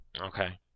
Okay